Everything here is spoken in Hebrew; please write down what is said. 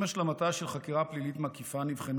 עם השלמתה של חקירה פלילית מקיפה נבחנו